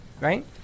right